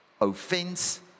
Offense